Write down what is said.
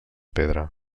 pedra